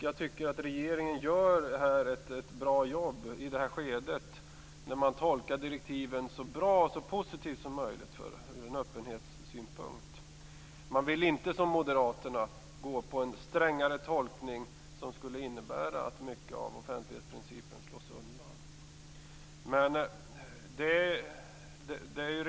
Jag tycker att regeringen i det här skedet gör ett bra jobb när den tolkar direktiven så positivt som möjligt ur öppenhetssynpunkt. Regeringen vill inte som moderaterna gå in för en strängare tolkning, som skulle innebära att mycket av offentlighetsprincipen slås undan.